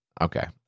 Okay